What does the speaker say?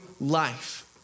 life